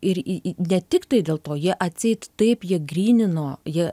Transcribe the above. ir į į ne tiktai dėl to jie atseit taip jie grynino jie